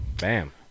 Bam